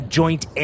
joint